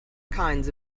kinds